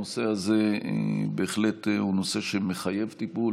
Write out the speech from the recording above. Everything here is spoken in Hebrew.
הנושא הזה הוא בהחלט נושא שמחייב טיפול